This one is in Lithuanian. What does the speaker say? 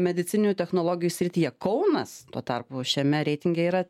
medicininių technologijų srityje kaunas tuo tarpu šiame reitinge yra